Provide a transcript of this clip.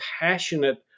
passionate